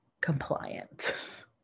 compliant